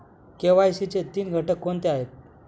KYC चे तीन घटक कोणते आहेत?